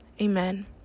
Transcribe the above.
Amen